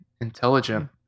intelligent